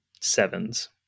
Sevens